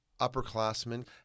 upperclassmen